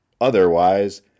Otherwise